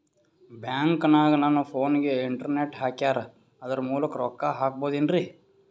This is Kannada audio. ಬ್ಯಾಂಕನಗ ನನ್ನ ಫೋನಗೆ ಇಂಟರ್ನೆಟ್ ಹಾಕ್ಯಾರ ಅದರ ಮೂಲಕ ರೊಕ್ಕ ಹಾಕಬಹುದೇನ್ರಿ?